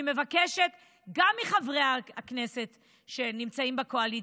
אני מבקשת גם מחברי הכנסת שנמצאים בקואליציה,